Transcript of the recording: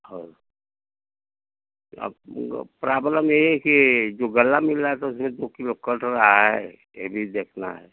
और अब उनको प्राब्लम ये है कि जो गल्ला मिल रहा था उसमें जो कि वो कट रहा है ये भी देखना है